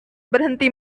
berhenti